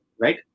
right